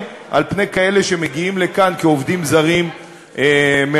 על-פני אלה שמגיעים לכאן כעובדים זרים מרחוק.